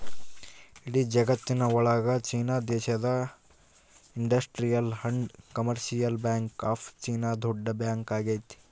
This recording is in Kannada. ಇಡೀ ಜಗತ್ತಿನ ಒಳಗ ಚೀನಾ ದೇಶದ industrial and commercial bank of China ದೊಡ್ಡ ಬ್ಯಾಂಕ್ ಆಗೈತೆ